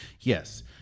yes